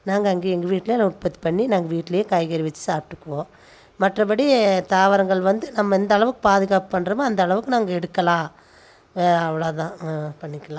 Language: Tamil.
நாங்கள் அங்கே எங்கள் வீட்டில் உற்பத்தி பண்ணி நாங்கள் வீட்டுலேயே காய்கறி வச்சி சாப்பிட்டுக்குவோம் மற்றபடி தாவரங்கள் வந்து நம்ம எந்த அளவுக்கு பாதுகாப்பு பண்ணுறோமோ அந்த அளவுக்கு நாங்க எடுக்கலாம் அவ்வளோதான் பண்ணிக்கலாம்